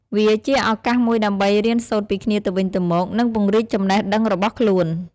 វាជាឱកាសមួយដើម្បីរៀនសូត្រពីគ្នាទៅវិញទៅមក និងពង្រីកចំណេះដឹងរបស់ខ្លួន។